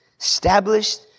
established